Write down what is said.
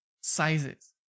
sizes